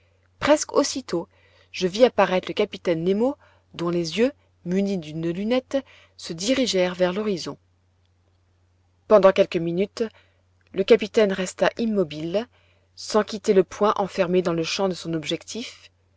presque aussitôt je vis apparaître le capitaine nemo dont les yeux munis d'une lunette se dirigèrent vers l'horizon pendant quelques minutes le capitaine resta immobile sans quitter le point enfermé dans le champ de son objectif